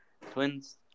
twins